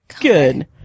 good